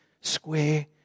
square